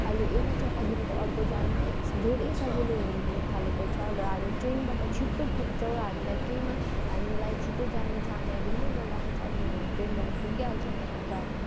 अहिले एउटा जग्गादेखिको अर्को जानु धेरै सजिलो हुनथालेको छ र हामी ट्रेनबाट छिट्टो पुग्छौँ हामीलाई केहीमा हामीलाई छिटो जानु छ हामीलाई ढिलो भइरहेको छ भने हामी ट्रेनबाट पुगिहाल्छौँ र